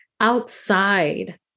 outside